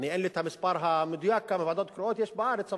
אין לי המספר המדויק כמה ועדות קרואות יש בארץ,